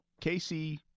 Casey